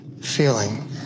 feeling